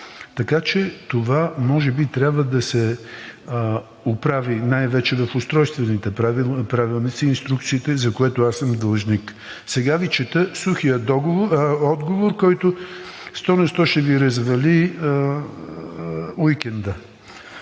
Така че това може би трябва да се оправи, най-вече в устройствените правилници и инструкциите, за което аз съм длъжник. Сега Ви чета сухия отговор, който сто на сто ще Ви развали уикенда.